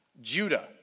Judah